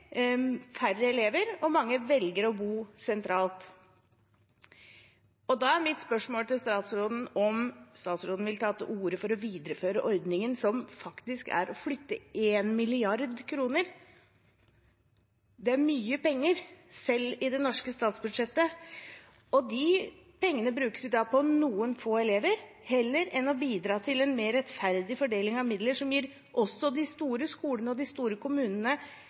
færre elever, og mange velger å bo sentralt. Da er mitt spørsmål til statsråden om hun vil ta til orde for å videreføre ordningen – som faktisk innebærer å flytte 1 mrd. kr. Det er mye penger selv i det norske statsbudsjettet. De pengene brukes i dag på noen få elever, heller enn å bidra til en mer rettferdig fordeling av midler som gir også de store skolene og de store kommunene